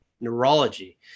neurology